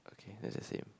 okay that's the same